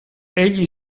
egli